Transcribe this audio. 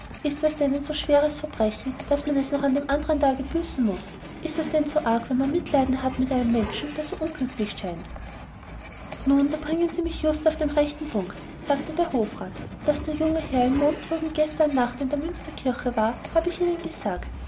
ist das denn ein so schweres verbrechen daß man es noch am andern tage büßen muß ist es denn so arg wenn man mitleiden hat mit einem menschen der so unglücklich scheint nun da bringen sie mich just auf den rechten punkt sagte der hofrat daß der junge herr im mond drüben gestern nacht in der münsterkirche war habe ich ihnen gesagt